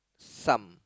some